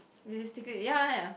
realistically ya ya ya